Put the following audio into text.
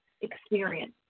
experience